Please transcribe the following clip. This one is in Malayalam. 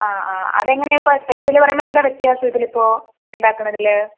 ആ ആ അതെങ്ങനെ ഇപ്പോ സ്പെഷ്യലെന്ന് പറയുമ്പോൾ എന്താ വ്യത്യാസം ഇതിലിപ്പോ ഉണ്ടാക്കുന്നതില്